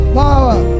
power